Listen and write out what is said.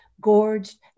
gorged